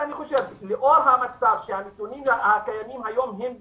ולאור זה שהנתונים הקיימים היום לא